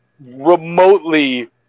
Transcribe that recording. remotely